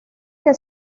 que